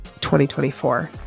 2024